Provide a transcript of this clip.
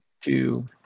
two